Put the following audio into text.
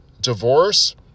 divorce